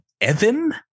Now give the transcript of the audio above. Evan